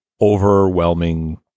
overwhelming